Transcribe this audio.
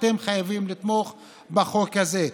אתם חייבים לתמוך בחוק הזה,